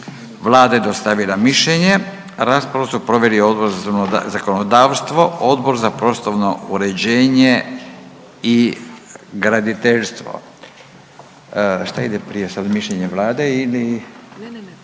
Vlada je dostavila mišljenje. Raspravu su proveli Odbor za zakonodavstvo, Odbor za prostorno uređenje i graditeljstvo. Šta ide prije sad mišljenje Vlade ili? …/Upadica